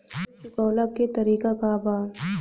ऋण चुकव्ला के तरीका का बा?